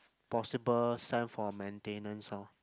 possible send for maintenance lor